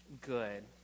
good